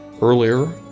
earlier